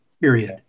period